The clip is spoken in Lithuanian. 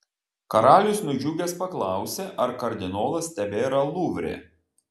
karalius nudžiugęs paklausė ar kardinolas tebėra luvre